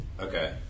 Okay